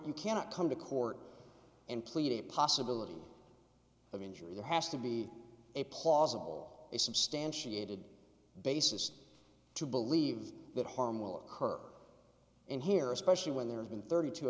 you cannot come to court and plead a possibility of injury there has to be a plausible a substantiated basis to believe that harm will occur in here especially when there have been thirty two